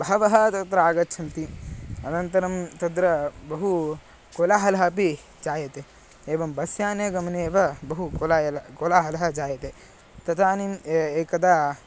बहवः तत्र आगच्छन्ति अनन्तरं तत्र बहु कोलाहलः अपि जायते एवं बस् याने गमने एव बहु कोलाहलः कोलाहलः जायते तदानीम् एकम् एकदा